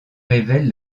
révèle